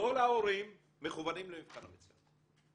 כל ההורים, מכוונים למבחן המיצ"ב.